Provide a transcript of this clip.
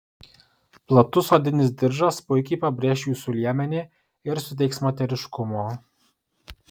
platus odinis diržas puikiai pabrėš jūsų liemenį ir suteiks moteriškumo